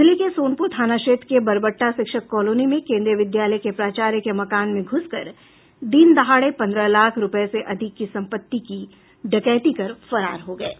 जिले के सोनपूर थाना क्षेत्र के बरबटटा शिक्षक कॉलोनी में केन्द्रीय विद्यालय के प्राचार्य के मकान में घूसकर दिन दहाड़े पन्द्रह लाख रुपये से अधिक की संपत्ति की डकैती कर फरार हो गये